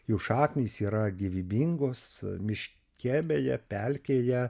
jų šaknys yra gyvybingos miške beje pelkėje